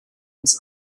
ins